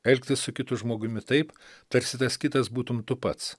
elgtis su kitu žmogumi taip tarsi tas kitas būtum tu pats